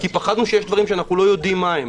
כי פחדנו שיש דברים שאנחנו לא יודעים מה הם.